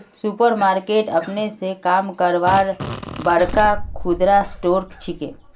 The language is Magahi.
सुपर मार्केट अपने स काम करवार बड़का खुदरा स्टोर छिके